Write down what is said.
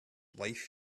life